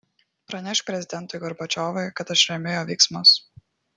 pranešk prezidentui gorbačiovui kad aš remiu jo veiksmus